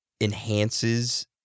enhances